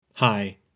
Hi